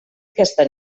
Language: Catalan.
aquesta